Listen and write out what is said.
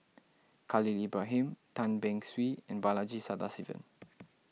Khalil Ibrahim Tan Beng Swee and Balaji Sadasivan